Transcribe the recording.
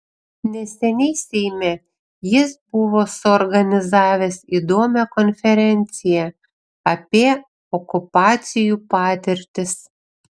neseniai seime jis buvo suorganizavęs įdomią konferenciją apie okupacijų patirtis